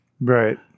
Right